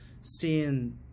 seeing